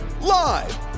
live